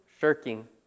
Shirking